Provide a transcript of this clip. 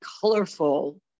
colorful